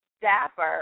dapper